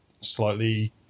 slightly